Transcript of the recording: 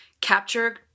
capture